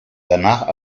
danach